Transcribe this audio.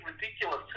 ridiculous